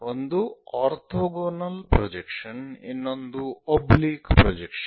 ಒಂದು orthogonal projection ಇನ್ನೊಂದು oblique projection